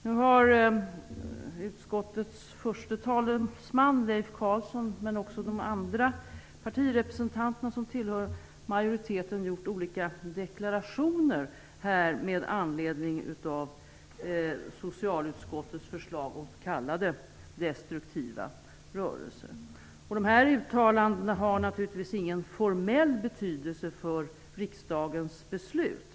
Nu har utskottets förste talesman Leif Carlson, men också de andra partirepresentanterna som tillhör majoriteten, gjort olika deklarationer med anledning av socialutskottets förslag om s.k. destruktiva rörelser. Dessa uttalanden har naturligtvis ingen formell betydelse för riksdagens beslut.